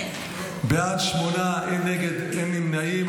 בעד שמונה, אין נגד, אין נמנעים.